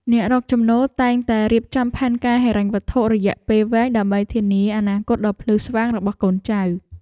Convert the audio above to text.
អ្នករកចំណូលតែងតែរៀបចំផែនការហិរញ្ញវត្ថុរយៈពេលវែងដើម្បីធានាអនាគតដ៏ភ្លឺស្វាងរបស់កូនចៅ។